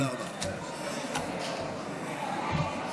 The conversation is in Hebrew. תודה רבה.